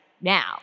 now